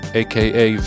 aka